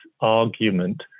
argument